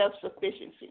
self-sufficiency